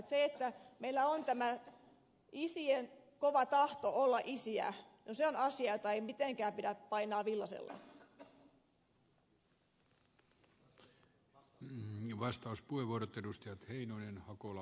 se että meillä on isien kova tahto olla isiä ja sanaisia tai miten kävi on asia jota ei mitenkään pidä painaa villaisella